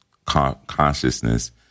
consciousness